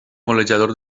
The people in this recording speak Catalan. golejador